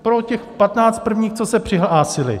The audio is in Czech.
Pro těch patnáct prvních, co se přihlásili.